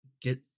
get